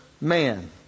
man